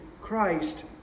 Christ